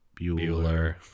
Bueller